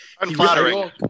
Unflattering